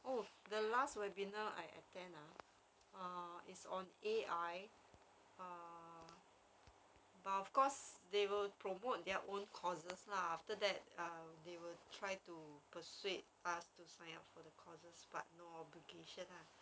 oh the last webinar I attend ah uh is on A_I uh but of course they will promote their own courses lah after that uh they will try to persuade us to sign up for the courses but no obligation